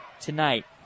tonight